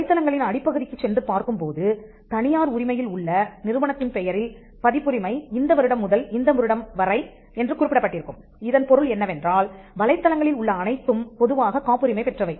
வலைத்தளங்களின் அடிப்பகுதிக்குச் சென்று பார்க்கும்போது தனியார் உரிமையில் உள்ள நிறுவனத்தின் பெயரில் பதிப்புரிமை இந்த வருடம் முதல் இந்த வருடம் முறை வரை என்று குறிப்பிடப்பட்டிருக்கும் இதன் பொருள் என்னவென்றால் வலைத்தளங்களில் உள்ள அனைத்தும் பொதுவாகக் காப்புரிமை பெற்றவை